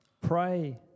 Pray